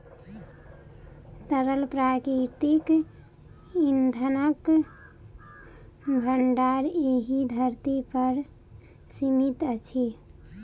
तरल प्राकृतिक इंधनक भंडार एहि धरती पर सीमित अछि